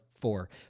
four